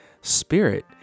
spirit